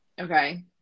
Okay